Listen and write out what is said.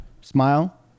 smile